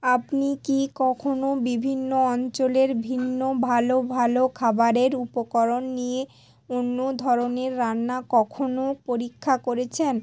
আপনি কি কখনো বিভিন্ন অঞ্চলের ভিন্ন ভালো ভালো খাবারের উপকরণ নিয়ে অন্য ধরনের রান্না কখনো পরীক্ষা করেছেন